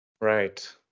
Right